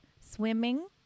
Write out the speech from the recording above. swimming